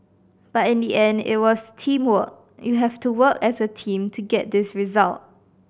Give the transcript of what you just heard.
but in the end it was teamwork you have to work as a team to get this result